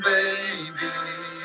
baby